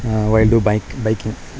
while to by biking